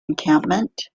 encampment